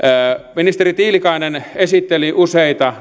ministeri tiilikainen esitteli useita